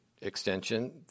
extension